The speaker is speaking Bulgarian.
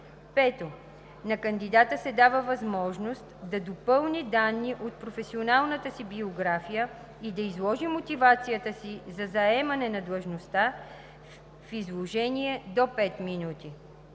5. На кандидата се дава възможност да допълни данни от професионалната си биография и да изложи мотивацията си за заемане на длъжността в изложение до 5 минути.